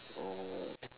oh